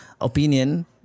opinion